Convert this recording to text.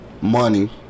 money